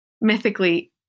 mythically